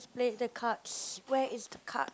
play the cards where is the card